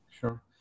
sure